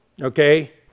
Okay